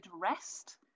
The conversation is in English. rest